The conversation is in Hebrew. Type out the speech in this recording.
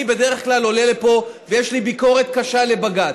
אני בדרך כלל עולה לפה ויש לי ביקורת קשה על בג"ץ,